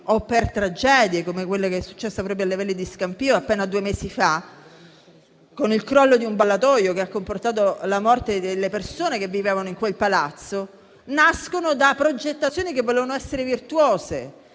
o per tragedie, come quella accaduta alle Vele di Scampia appena due mesi fa, con il crollo di un ballatoio che ha comportato la morte delle persone che vivevano in quel palazzo, nascono da progettazioni che volevano essere virtuose,